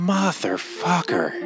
Motherfucker